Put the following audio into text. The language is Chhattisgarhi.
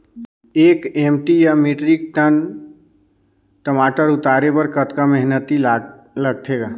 एक एम.टी या मीट्रिक टन टमाटर उतारे बर कतका मेहनती लगथे ग?